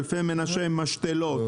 אלפי מנשה משתלות,